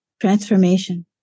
Transformation